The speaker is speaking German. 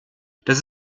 das